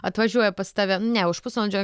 atvažiuoja pas tave ne už pusvalandžio